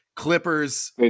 Clippers